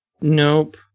Nope